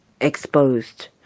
exposed